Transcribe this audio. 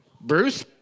Bruce